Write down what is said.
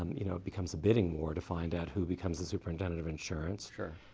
um you know, it becomes a bidding war to find out who becomes the superintendent of insurance. sure.